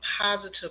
positive